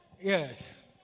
Yes